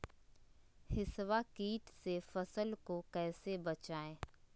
हिसबा किट से फसल को कैसे बचाए?